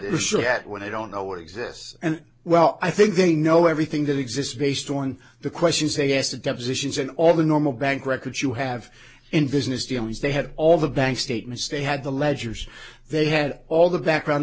that when i don't know what exists and well i think they know everything that exists based on the questions they asked to depositions and all the normal bank records you have in business dealings they had all the bank statements they had the ledgers they had all the background